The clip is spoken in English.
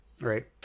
Right